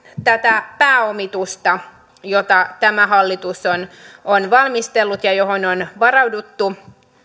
tätä pääomitusta jota tämä hallitus on valmistellut ja johon on varauduttu